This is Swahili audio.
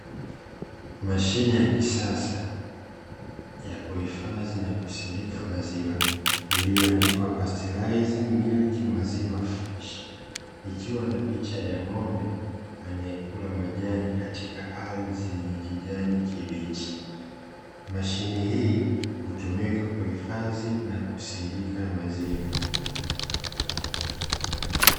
Mashine ya kisasa ya kuhifadhi na kusindika maziwa iliyoandikwa, "pastalize milk maziwa fresh" ikiwa na picha ya ng'ombe anayekula majani katika ardhi yenye kijani kibichi, mashine hii hutumika kuhifadhi na kusindika maziwa.